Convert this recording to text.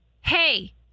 hey